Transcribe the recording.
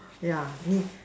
yeah needs